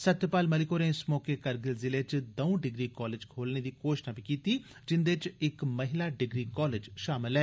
सत्यपाल मलिक होरें इस मौके करगिल जिले च दंऊ डिग्री कालेज खोलने दी घोषणा कीती जिन्दे च इक महिला डिग्री कालेज बी शामल ऐ